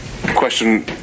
question